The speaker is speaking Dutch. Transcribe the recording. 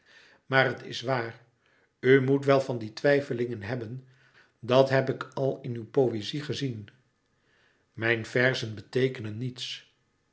maar het is waar u moet wel van die twijfelingen hebben dat heb ik al in uw poëzie gezien mijn verzen beteekenen niets